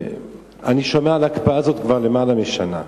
אני שומע על ההקפאה הזאת כבר למעלה משנה,